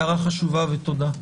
הערה חשובה, תודה.